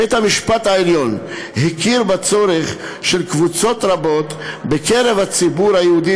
בית-המשפט העליון הכיר בצורך של קבוצות רבות בקרב הציבור היהודי